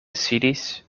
sidis